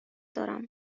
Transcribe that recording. دارم